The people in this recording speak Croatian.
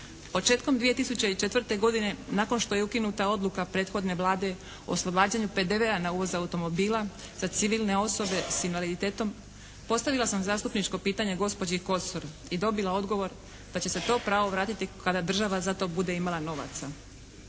Početkom 2004. godine nakon što je ukinuta odluke prethodne Vlade o oslobađanju PDV-a na uvoz automobila za civilne osobe s invaliditetom, postavila sam zastupničko pitanje gospođi Kosor i dobila odgovor da će se to pravo vratiti kada država za to bude imala novaca.